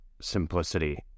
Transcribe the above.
simplicity